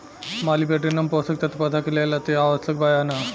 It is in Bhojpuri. मॉलिबेडनम पोषक तत्व पौधा के लेल अतिआवश्यक बा या न?